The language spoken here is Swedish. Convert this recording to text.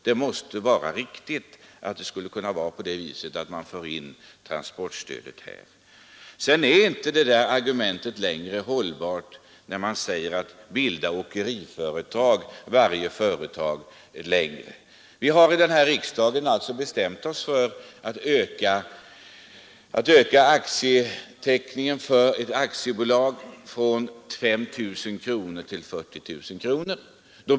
Det måste vara riktigt att här kunna föra in transportstödet. Det har sagts att varje företag kan bilda eget åkeriföretag. Det är inte längre hållbart som argument. Denna riksdag har bestämt att öka bolagens aktiekapital från 5 000 till 50 000 kronor.